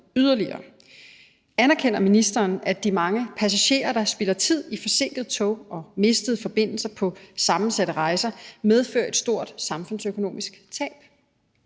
Anerkender ministeren, at de mange passagerer, der spilder tid i forhold til forsinkede tog og mistede forbindelser på sammensatte rejser, medfører et stort samfundsøkonomisk tab?